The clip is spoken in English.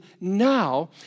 now